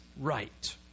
right